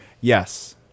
Yes